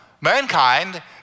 mankind